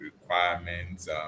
requirements